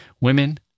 Women